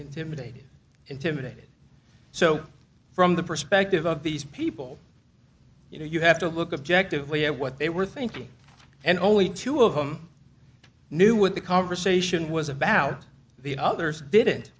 intimidated intimidated so from the perspective of these people you know you have to look objective way of what they were thinking and only two of them knew what the conversation was about the others did